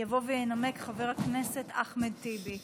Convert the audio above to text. ינמק חבר הכנסת אחמד טיבי.